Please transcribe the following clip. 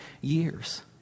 years